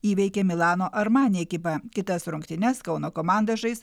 įveikė milano armani ekipą kitas rungtynes kauno komanda žais